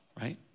right